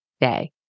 day